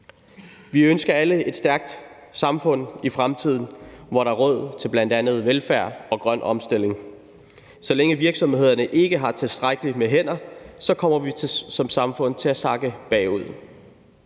Vi ønsker alle et stærkt samfund i fremtiden, hvor der er råd til bl.a. velfærd og grøn omstilling. Så længe virksomhederne ikke har tilstrækkeligt med hænder, kommer vi som samfund til at sakke bagud.